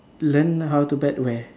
uh learn how to bet where